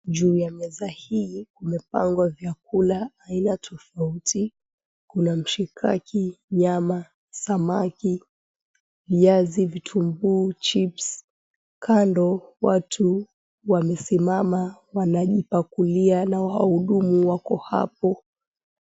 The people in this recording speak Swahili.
Juu ya meza hii kumepangwa vyakula aina tofauti, kuna mshikaki, nyama, samaki, viazi, vitunguu, chips , kando watu wamesimama wanajipakulia na wahudumu wako hapo.